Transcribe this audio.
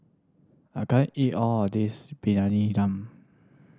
I can't eat all of this Briyani Dum